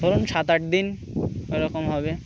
ধরুন সাত আট দিন ওইরকম হবে